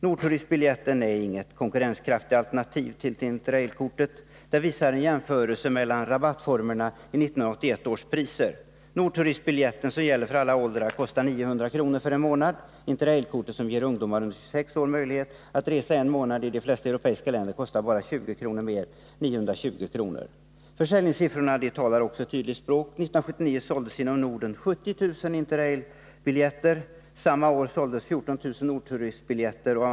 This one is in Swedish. Nordturistbiljetten är inget konkurrenskraftigt alternativ till Inter-Railkortet. Det visar en jämförelse mellan rabattformerna i 1981 års priser. Nordturistbiljetten, som gäller för alla åldrar, kostar 900 kr. för en månad. Inter-Rail-kortet, som ger ungdomar under 26 år möjlighet att resa en månad i de flesta europeiska länder, kostar bara 20 kr. mer, alltså 920 kr. Försäljningssiffrorna talar ett tydligt språk. 1979 såldes inom Norden 70 000 Inter-Rail-biljetter. Samma år såldes 14 000 Nordturistbiljetter.